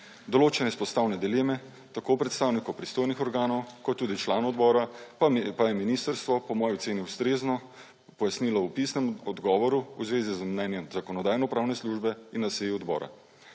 Določene izpostavljene dileme tako predstavnikov pristojnih organov kot tudi članov odbora pa je ministrstvo po moji oceni ustrezno pojasnilo v pisnem odgovoru v zvezi z mnenjem Zakonodajno-pravne službe in na seji odbora.